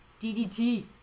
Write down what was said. DDT